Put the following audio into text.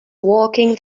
walking